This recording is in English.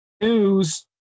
news